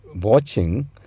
watching